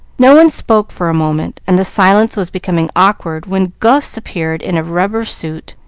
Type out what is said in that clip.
no one spoke for a moment, and the silence was becoming awkward when gus appeared in a rubber suit,